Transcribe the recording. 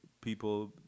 people